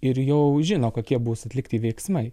ir jau žino kokie bus atlikti veiksmai